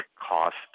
cost